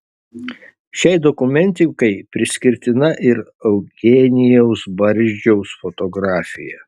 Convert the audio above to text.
šiai dokumentikai priskirtina ir eugenijaus barzdžiaus fotografija